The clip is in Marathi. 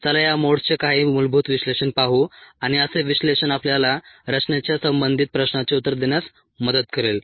चला या मोड्सचे काही मूलभूत विश्लेषण पाहू आणि असे विश्लेषण आपल्याला रचनेच्या संबंधित प्रश्नाचे उत्तर देण्यास मदत करेल